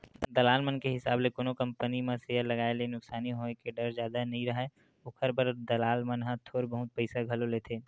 दलाल मन के हिसाब ले कोनो कंपनी म सेयर लगाए ले नुकसानी होय के डर जादा नइ राहय, ओखर बर दलाल मन ह थोर बहुत पइसा घलो लेथें